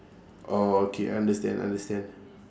oh okay I understand understand